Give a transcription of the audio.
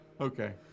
Okay